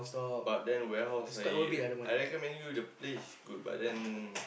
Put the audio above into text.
but then warehouse I I recommend you the place is good but then